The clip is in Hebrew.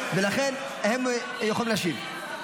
ולכן הם יכולים להשיב.